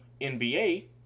NBA